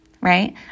right